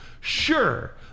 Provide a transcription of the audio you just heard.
Sure